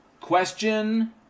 Question